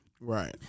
Right